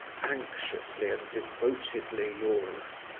anxiously and devotedly yours,